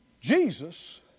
Jesus